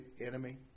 enemy